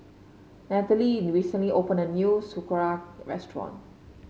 Nathaly recently opened a new Sauerkraut restaurant